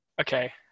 Okay